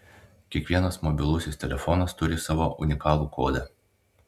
kiekvienas mobilusis telefonas turi savo unikalų kodą